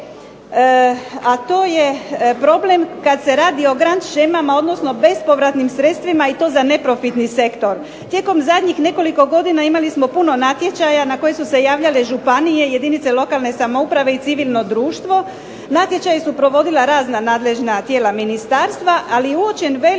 a to je problem kad se radi o grand shemama odnosno bespovratnim sredstvima i to za neprofitni sektor. Tijekom zadnjih nekoliko godina imali smo puno natječaja na koje su se javljale županije, jedinice lokalne samouprave i civilno društvo. Natječaje su provodila razna nadležna tijela ministarstva, ali je uočen velik problem